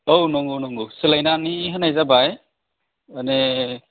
औ नंगौ नंगौ सोलायनानै होनाय जाबाय माने